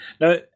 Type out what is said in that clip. No